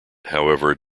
however